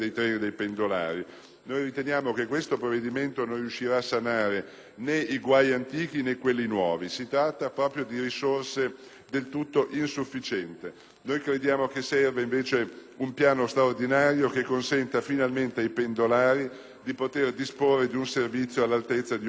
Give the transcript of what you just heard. riteniamo che questo provvedimento non riuscirà a sanare né i guai antichi né quelli nuovi. Si tratta di risorse del tutto insufficienti. Noi crediamo, invece, che serva un piano straordinario, che consenta finalmente ai pendolari di poter disporre di un servizio all'altezza di un Paese civile.